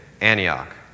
Antioch